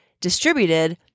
distributed